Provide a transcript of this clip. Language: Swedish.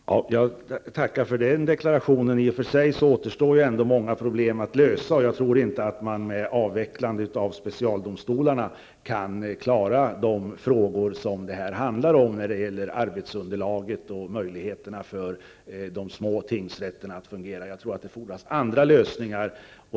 Fru talman! Jag tackar för denna deklaration. I och för sig återstår ändå många problem att lösa. Jag tror inte att man med avvecklande av specialdomstolarna kan klara de frågor som det här handlar om, nämligen arbetsunderlaget och möjligheterna för de små tingsrätterna att fungera. Jag tror att det fordras andra lösningar.